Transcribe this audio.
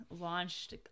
launched